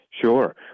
sure